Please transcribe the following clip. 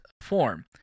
form